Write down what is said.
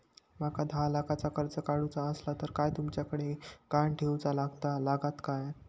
माका दहा लाखाचा कर्ज काढूचा असला तर काय तुमच्याकडे ग्हाण ठेवूचा लागात काय?